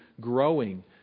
growing